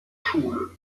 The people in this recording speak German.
schule